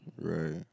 Right